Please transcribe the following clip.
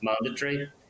mandatory